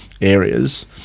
areas